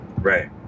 right